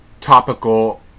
topical